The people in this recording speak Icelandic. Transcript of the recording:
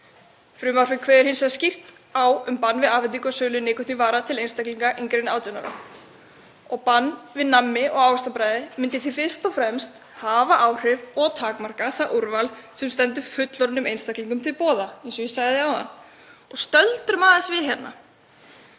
Frumvarpið kveður hins vegar skýrt á um bann við afhendingu og sölu nikótínvara til einstaklinga yngri en 18 ára og bann við nammi- og ávaxtabragði myndi því fyrst og fremst hafa áhrif á og takmarka úrval sem stendur fullorðnum einstaklingum til boða, eins og ég sagði áðan. Stöldrum aðeins við hérna.